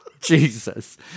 Jesus